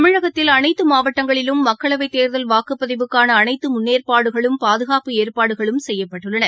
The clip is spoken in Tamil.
தமிழகத்தில் அனைத்து மாவட்டங்களிலும் மக்களவை தேர்தல் வாக்குப்பதிவுக்கான அனைத்து முன்னேற்பாடுகளும் பாதுகாப்பு ஏற்பாடுகளும் செய்யப்பட்டுள்ளன